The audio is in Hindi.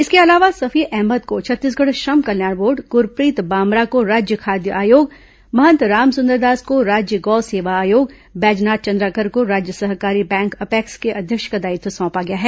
इसके अलावा सफी अहमद को छत्तीसगढ़ श्रम कल्याण बोर्ड गुरफ्रीत बामरा को राज्य खाद्य आयोग महंत राम सुन्दर दास को राज्य गौ सेवा आयोग बैजनाथ चंद्राकर को राज्य सहकारी बैंक अपेक्स के अध्यक्ष का दायित्व सौंपा गया है